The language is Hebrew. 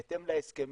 בהתאם להסכמים,